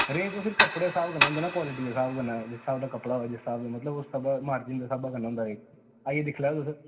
range ओह् फिर कपड़े दे स्हाब कन्नै होंदा न कोआलटी दे स्हाब कन्नै जिस स्हाब दा कपड़ा होवै मतलब उस स्हाबै दा मारजन दे स्हाबै दा कन्नै होंदा रेट आइयै दिक्ख लैयो तुस आ